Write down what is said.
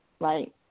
right